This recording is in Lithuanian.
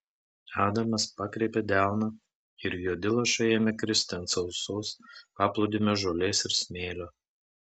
adamas pakreipė delną ir juodi lašai ėmė kristi ant sausos paplūdimio žolės ir smėlio